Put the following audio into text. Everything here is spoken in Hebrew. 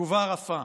תגובה רפה.